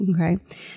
Okay